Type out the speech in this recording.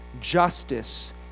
justice